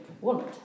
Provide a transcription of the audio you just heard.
want